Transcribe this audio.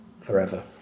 forever